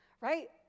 right